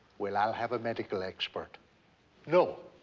well, i'll have a medical expert no,